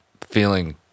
feeling